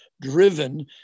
driven